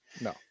no